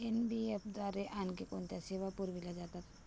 NBFC द्वारे आणखी कोणत्या सेवा पुरविल्या जातात?